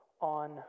on